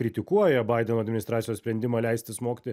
kritikuoja baideno administracijos sprendimą leisti smogti